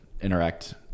interact